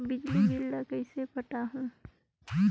बिजली बिल ल कइसे पटाहूं?